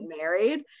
married